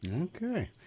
Okay